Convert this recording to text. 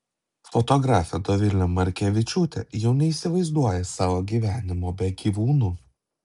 fotografė dovilė markevičiūtė jau neįsivaizduoja savo gyvenimo be gyvūnų